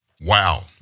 Wow